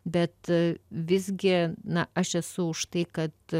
bet visgi na aš esu už tai kad